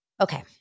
Okay